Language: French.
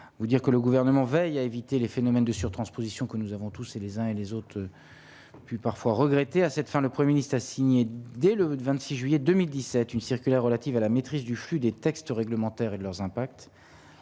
vous dire que le gouvernement veille à éviter les phénomènes de surtransposition que nous avons tous ces les uns et les autres, puis parfois regretter à cette fin, le 1er ministre a signé dès le 26 juillet 2017 une circulaire relative à la maîtrise du flux des textes réglementaires et de leurs impacts,